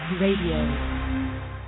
Radio